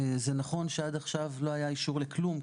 זה נכון שעד עכשיו לא היה אישור לכלום,